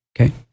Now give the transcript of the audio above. Okay